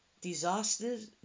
disasters